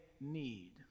need